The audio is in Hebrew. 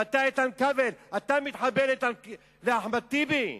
ואתה, איתן כבל, אתה מתחבר לאחמד טיבי?